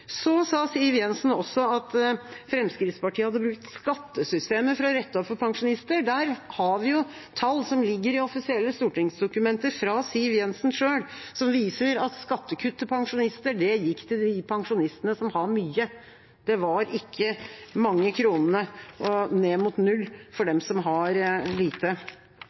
Siv Jensen sa også at Fremskrittspartiet hadde brukt skattesystemet for å rette opp for pensjonister. Der har vi jo tall som ligger i offisielle stortingsdokumenter fra Siv Jensen selv som viser at skattekutt til pensjonister gikk til de pensjonistene som har mye. Det var ikke mange kronene, og ned mot null for dem som har lite.